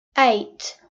eight